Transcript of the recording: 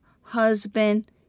husband